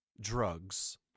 drugs